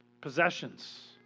Possessions